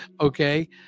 okay